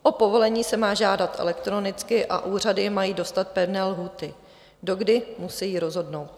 O povolení se má žádat elektronicky a úřady mají dostat pevné lhůty, do kdy musejí rozhodnout.